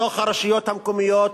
בתוך הרשויות המקומיות,